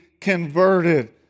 converted